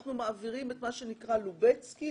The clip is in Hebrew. אנחנו מעבירים את לובצקי,